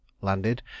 landed